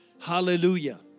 Hallelujah